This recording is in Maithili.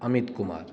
अमित कुमार